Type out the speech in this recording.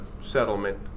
settlement